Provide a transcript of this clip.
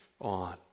on